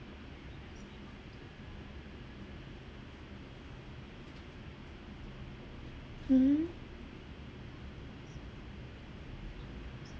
mmhmm